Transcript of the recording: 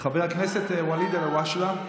חבר הכנסת ואליד אלהואשלה.